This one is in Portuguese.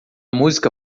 música